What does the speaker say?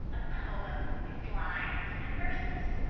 a poem is lines and verses.